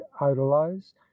idolize